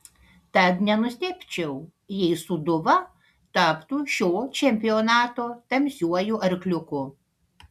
tad nenustebčiau jei sūduva taptų šio čempionato tamsiuoju arkliuku